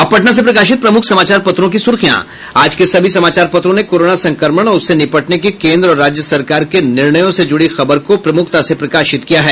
अब पटना से प्रकाशित प्रमुख समाचार पत्रों की सुर्खियां आज के सभी समाचार पत्रों ने कोरोना संक्रमण और उससे निपटने के कोन्द्र और राज्य सरकार के निर्णयों से जुड़ी खबर को प्रमुखता से प्रकाशित किया है